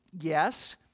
yes